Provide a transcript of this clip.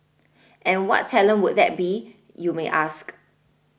and what talent would that be you may ask